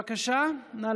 בבקשה, נא